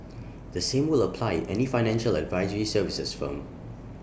the same will apply any financial advisory services firm